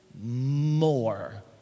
more